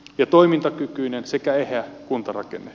ja toimintakykyinen sekä eheä kuntarakenne